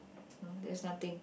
no there's nothing